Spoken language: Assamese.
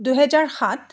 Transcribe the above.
দুহেজাৰ সাত